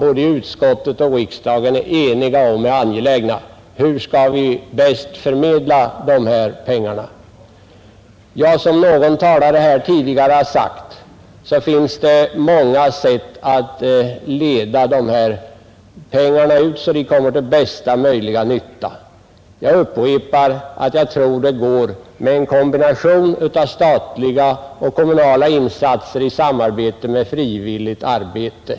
Både utskottet och riksdagen anser säkert att det är angeläget. Som någon talare tidigare sagt finns det många sätt att leda dessa pengar så att de kommer till bästa möjliga nytta. Jag upprepar att jag tror att detta är möjligt genom en kombination av statliga och kommunala insatser och frivilligt arbete.